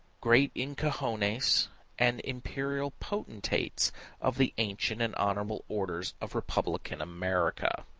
great incohonees and imperial potentates of the ancient and honorable orders of republican america.